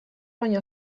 baino